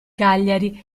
cagliari